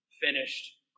finished